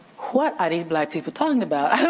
what are these black people talking about? i don't